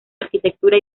arquitectura